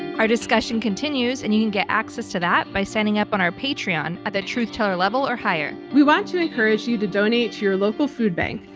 our discussion continues and you can get access to that by signing up on our patreon at the truth teller level or higher. we want to encourage you to donate to your local food bank,